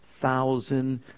thousand